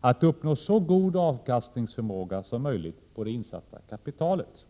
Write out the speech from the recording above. att uppnå så god avkastningsförmåga som möjligt på det insatta kapitalet.